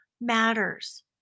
matters